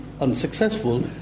unsuccessful